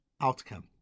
outcome